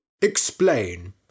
Explain